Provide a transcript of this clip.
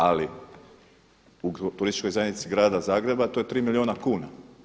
Ali u Turističkoj zajednici Grada Zagreba to je 3 milijuna kuna.